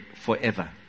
forever